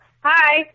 Hi